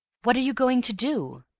what are you going to do?